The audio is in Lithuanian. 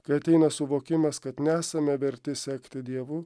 kai ateina suvokimas kad nesame verti sekti dievu